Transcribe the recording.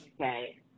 okay